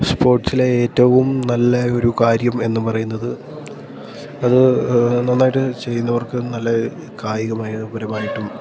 സ്പോർട്സിലെ ഏറ്റവും നല്ല ഒരു കാര്യം എന്നു പറയുന്നത് അത് നന്നായിട്ട് ചെയ്യുന്നവർക്ക് നല്ല കായികമായപരമായിട്ടും